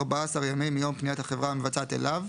14 ימים מיום פניית החברה המבצעת אליו,